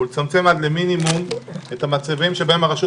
ולצמצם עד למינימום את המצבים שבהם הרשות